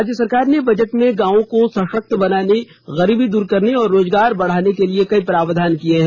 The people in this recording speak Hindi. राज्य सरकार ने बजट में गांवों को सशक्त बनाने गरीबी दूर करने और रोजगार बढ़ाने के लिए कई प्रावधान किये गए हैं